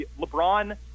LeBron